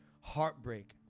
Heartbreak